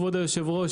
כבוד היושב-ראש,